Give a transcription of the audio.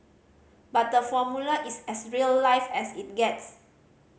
but the Formula is as real life as it gets